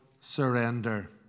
surrender